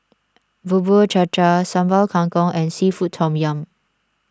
Bubur Cha Cha Sambal Kangkong and Seafood Tom Yum